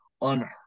unheard